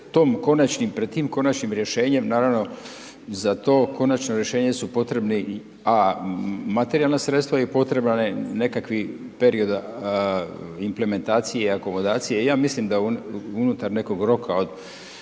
pred tim konačnim rješenjem, naravno za to konačno rješenje su potrebna a) materijalna sredstva i potreban je nekakvi period implementacije i akomodacije. I ja mislim da unutar nekog roka od